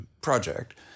project